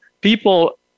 people